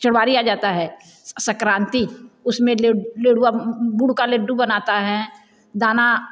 चवारी आ जाता है सक्रांति उसममे लेरुआ गुड़ का लड्डू बनाता है दाना